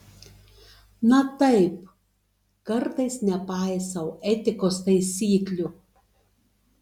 na taip kartais nepaisau etikos taisyklių